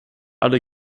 alle